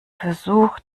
versuch